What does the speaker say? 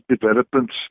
developments